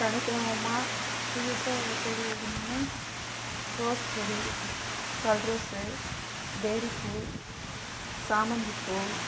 தனித்துவமாக புதுசாக ஒரு செடி வைக்கணுன்னா ரோஸ் செடி கல்ரோசு டேரி பூ சாமந்திப்பூ